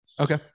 Okay